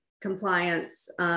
compliance